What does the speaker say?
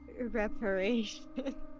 ...reparation